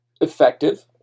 effective